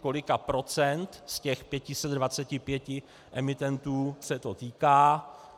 kolika procent z těch 525 emitentů se to týká.